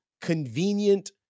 convenient